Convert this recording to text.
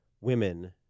women